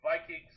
Vikings